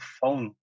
phone